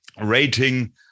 rating